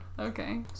okay